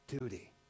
duty